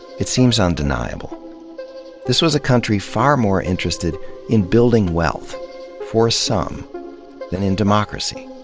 it seems undeniable this was a country far more interested in building wealth for some than in democracy.